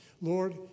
Lord